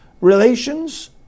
relations